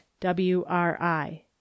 WRI